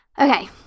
Okay